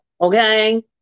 okay